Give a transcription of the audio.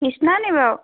কৃষ্ণা নি বাৰু